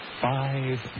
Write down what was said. five